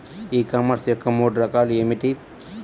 ఈ కామర్స్ యొక్క మూడు రకాలు ఏమిటి?